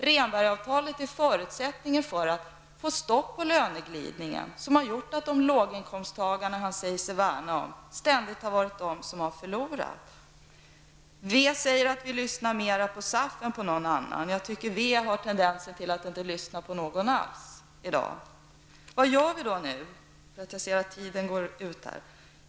Rehnbergsavtalet är förutsättningen för att få stopp på löneglidningen, som har gjort låginkomsttagarna, som man säger sig värna om, ständigt har varit de som har förlorat. Vänsterpartiet säger att vi lyssnar mera på SAF än på någon annan. Jag tycker att vänsterpartiet har en tendens att inte lyssna på någon alls i dag. Vad gör vi då nu? Jag ser att tiden går ut.